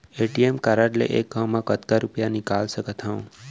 ATM card ले एक घव म कतका रुपिया निकाल सकथव?